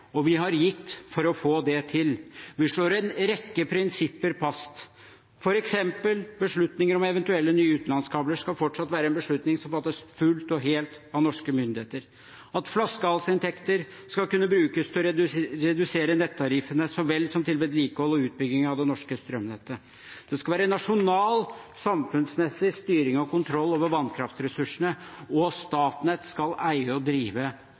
Vi har gitt for å få det til. Vi slår en rekke prinsipper fast. For eksempel skal beslutninger om eventuelle nye utenlandskabler fortsatt være beslutninger som fattes fullt og helt av norske myndigheter, flaskehalsinntekter skal kunne brukes til å redusere nettariffene så vel som til vedlikehold og utbygging av det norske strømnettet, det skal være nasjonal, samfunnsmessig styring og kontroll over vannkraftressursene, og Statnett skal eie og drive